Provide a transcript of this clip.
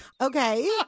Okay